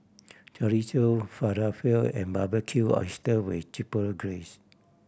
Chorizo Falafel and Barbecue Oyster with Chipotle Glaze